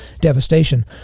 devastation